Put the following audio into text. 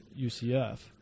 UCF